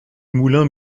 moulin